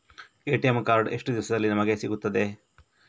ATM card ಎಷ್ಟು ದಿವಸದಲ್ಲಿ ನಮಗೆ ಸಿಗುತ್ತದೆ?